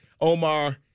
Omar